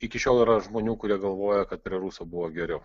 iki šiol yra žmonių kurie galvoja kad prie ruso buvo geriau